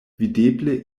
videble